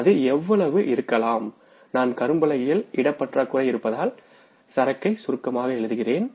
அது எவ்வளவு இருக்கலாம் நான் கரும்பலகையில் இட பற்றாக்குறை இருப்பதால் சரக்கை சுருக்கமாக எழுதுகிறேன்